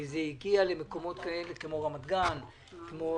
זה הגיע למקומות כמו רמת גן ויהוד,